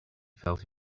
felt